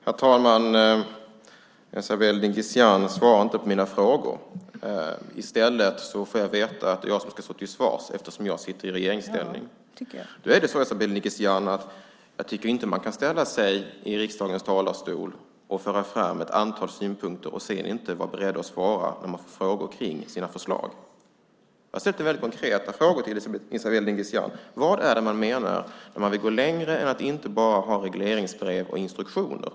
Herr talman! Esabelle Dingizian svarar inte på mina frågor. I stället får jag veta att det är jag som ska stå till svars eftersom mitt parti är i regeringsställning. Nu tycker jag inte, Esabelle Dingizian, att man kan ställa sig i riksdagens talarstol och föra fram ett antal synpunkter och sedan inte vara beredd att svara på de frågor man får om förslagen. Jag ställde väldigt konkreta frågor till Esabelle Dingizian: Vad är det man menar när man vill gå längre än att inte bara ha regleringsbrev och instruktioner?